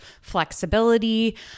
flexibility